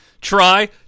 try